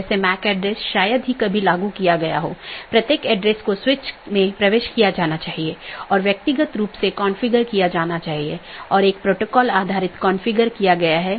तो एक है optional transitive वैकल्पिक सकर्मक जिसका मतलब है यह वैकल्पिक है लेकिन यह पहचान नहीं सकता है लेकिन यह संचारित कर सकता है